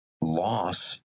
loss